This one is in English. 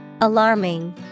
Alarming